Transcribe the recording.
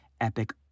epic